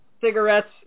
cigarettes